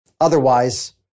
Otherwise